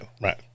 right